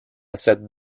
cette